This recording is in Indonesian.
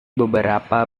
beberapa